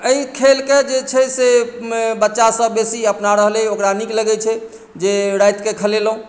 तऽ एहि खेलकेँ जे छै से बच्चासभ बेसी अपना रहल अइ ओकरा नीक लगैत छै जे रातिके खेलेलहुँ